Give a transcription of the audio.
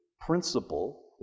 principle